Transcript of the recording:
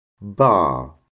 Bar